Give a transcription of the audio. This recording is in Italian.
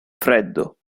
freddo